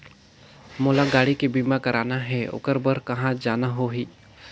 मोला गाड़ी के बीमा कराना हे ओकर बार कहा जाना होही?